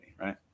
Right